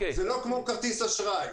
זה לא כמו כרטיס אשראי.